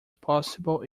possible